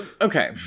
okay